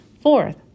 Fourth